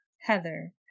heather